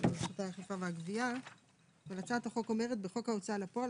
אבל הצעת החוק אומרת: בחוק ההוצאה לפועל,